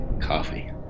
Coffee